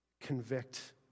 convict